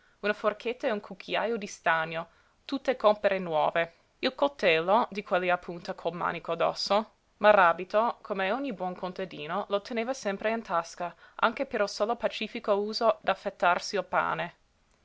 una forchetta e un cucchiajo di stagno tutte compere nuove il coltello di quelli a punta col manico d'osso maràbito come ogni buon contadino lo teneva sempre in tasca anche per il solo pacifico uso d'affettarsi il pane